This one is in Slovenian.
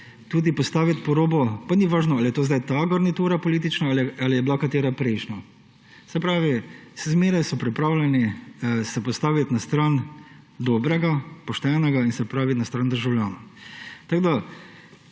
tudi postaviti po robu, pa ni važno, ali je to zdaj ta politična garnitura ali je bila katera prejšnja. Se pravi, zmeraj so pripravljeni se postaviti na stran dobrega, poštenega in na stran državljanov. Mislim,